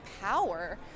power